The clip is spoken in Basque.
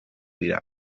dira